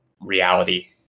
reality